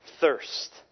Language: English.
thirst